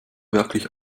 wirklich